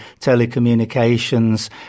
telecommunications